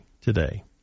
today